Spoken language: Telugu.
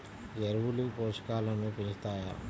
ఎరువులు పోషకాలను పెంచుతాయా?